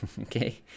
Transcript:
okay